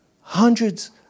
hundreds